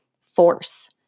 force